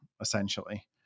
essentially